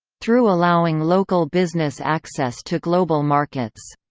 through allowing local business access to global markets.